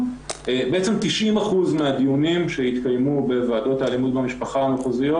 ב-90% מהדיונים שהתקיימו בוועדות האלימות במשפחה המחוזיות